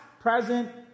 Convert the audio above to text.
present